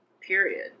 period